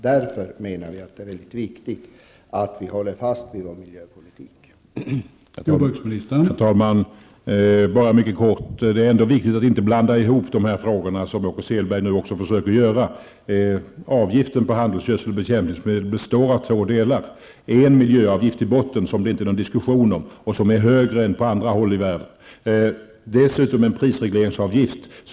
Därför menar vi att det är mycket viktigt att vi håller fast vid vår miljöpolitik.